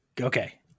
Okay